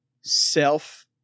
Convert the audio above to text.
self